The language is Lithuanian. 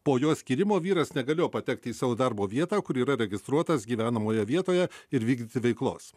po jo skyrimo vyras negalėjo patekti į savo darbo vietą kur yra registruotas gyvenamoje vietoje ir vykdyti veiklos